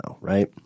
right